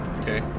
Okay